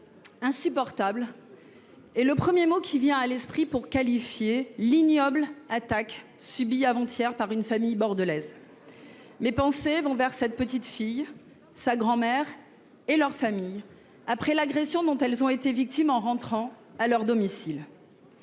Insupportable » est le premier mot qui vient à l'esprit pour qualifier l'ignoble attaque subie avant-hier par une famille bordelaise. Mes pensées vont vers cette petite fille, sa grand-mère et leur famille, après l'agression dont elles ont été victimes en rentrant à leur domicile.